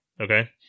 Okay